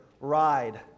ride